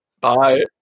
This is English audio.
bye